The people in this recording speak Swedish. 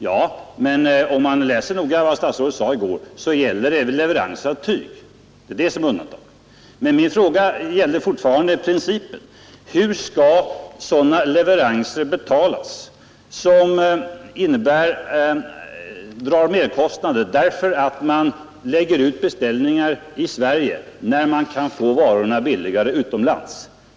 Ja, men om man läser noga vad statsrådet sade i går så gällde undantaget det faktum att det var fråga om leverans av tyg. Men hur är det med principen? Hur skall sådana leveranser betalas som drar merkostnader därför att man lägger ut beställningar i Sverige när man kan få varorna billigare utomlands?